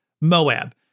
Moab